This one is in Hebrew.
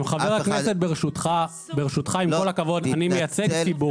עם כל הכבוד, אני מייצג ציבור.